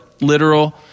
literal